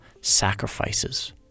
sacrifices